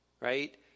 Right